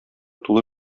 тулы